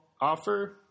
offer